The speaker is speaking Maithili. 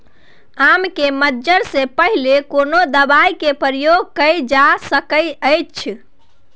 आम के मंजर से पहिले कोनो दवाई के प्रयोग कैल जा सकय अछि?